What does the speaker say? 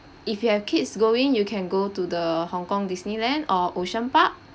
if you have kids going you can go to the hong kong disneyland or ocean park